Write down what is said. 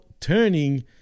turning